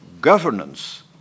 governance